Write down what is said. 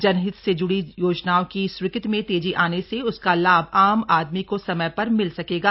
जनहित से ज्ड़ी योजनाओं की स्वीकृति में तेजी आने से उसका लाभ आम आदमी को समय पर मिल सकेगा